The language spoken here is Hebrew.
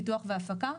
פיתוח והפקה,